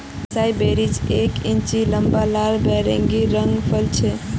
एसाई berries एक inch लंबा लाल बैंगनी रंगेर फल छे